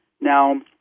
Now